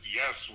yes